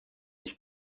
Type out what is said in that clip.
ich